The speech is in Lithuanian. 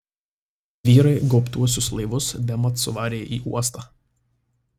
vyrai gaubtuosius laivus bemat suvarė į uostą